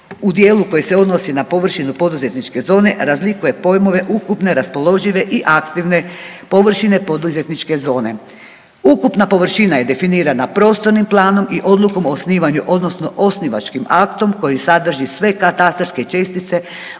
u dijelu koji se odnosi na površinu poduzetničke zone razlikuje pojmove ukupne raspoložive i aktivne površine poduzetničke zone. Ukupna površina je definirana prostornim planom i odlukom o osnivanju odnosno osnivačkim aktom koji sadrži sve katastarske čestice